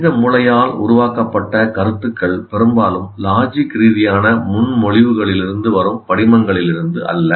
மனித மூளையால் உருவாக்கப்பட்ட கருத்துக்கள் பெரும்பாலும் லாஜிக்ரீதியான முன்மொழிவுகளிலிருந்து வரும் படிமங்களிலிருந்து அல்ல